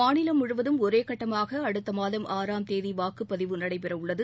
மாநிலம் முழுவதும் ஒரே கட்டமாக அடுத்த மாதம் ஆறாம் தேதி வாக்குப்பதிவு நடைபெற உள்ளது